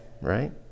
right